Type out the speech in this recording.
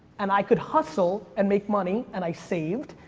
and i could hustle and make money, and i saved,